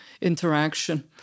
interaction